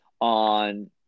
on